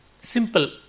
simple